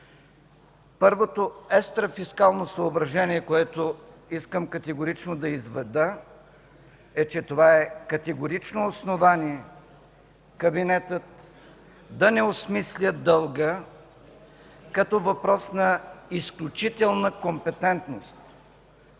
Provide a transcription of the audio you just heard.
първото екстрафискално съображение, което искам категорично да изведа, е, че това е категорично основание кабинетът да не осмисля дълга като въпрос на изключителна компетентност